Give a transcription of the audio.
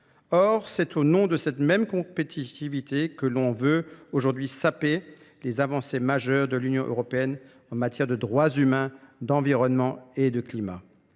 Or, c'est au nom de cette même compétitivité que l'on veut aujourd'hui saper les avancées majeures de l'UE en matière de droits humains, d'environnement et de climat.